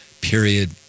period